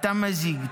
התמזיגת,